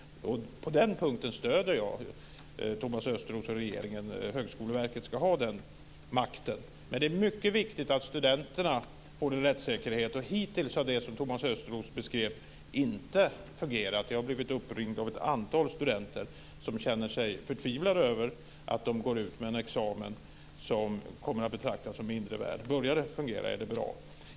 På den punkten stöder jag Thomas Östros och regeringen. Högskoleverket ska ha den makten. Men det är mycket viktigt att studenterna får rättssäkerhet, och hittills har det som Thomas Östros beskrev inte fungerat. Jag har blivit uppringd av ett antal studenter som känner sig förtvivlade över att de går ut med en examen som kommer att betraktas som mindre värd. Börjar det fungera är det bra.